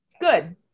good